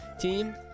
Team